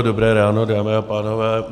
Dobré ráno, dámy a pánové.